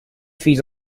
feeds